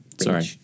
Sorry